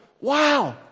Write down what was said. wow